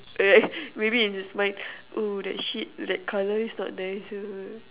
maybe in his mind oh that shit that colour is not nice